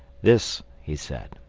this, he said,